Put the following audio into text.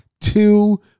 two